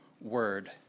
word